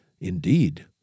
Indeed